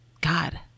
God